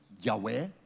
Yahweh